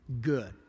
Good